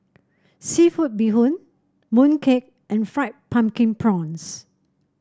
seafood Bee Hoon mooncake and Fried Pumpkin Prawns